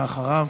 ואחריו,